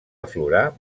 aflorar